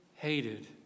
Hated